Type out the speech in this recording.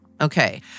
Okay